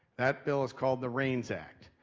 that bill is called the reins act.